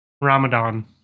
Ramadan